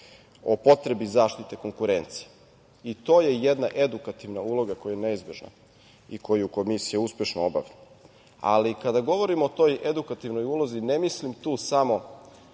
o potrebi zaštite konkurencije. To je jedna edukativna uloga koja je neizbežna i koju Komisija uspešno obavlja. Ali, kada govorimo o toj edukativnoj ulozi, ne mislim tu samo